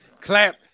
Clap